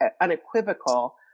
unequivocal